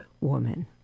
woman